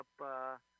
up